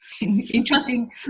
interesting